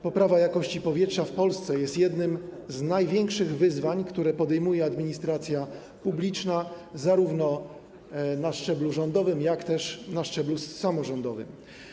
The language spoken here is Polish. Poprawa jakości powietrza w Polsce jest jednym z największych wyzwań, które podejmuje administracja publiczna zarówno na szczeblu rządowym, jak i na szczeblu samorządowym.